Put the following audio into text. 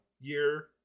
year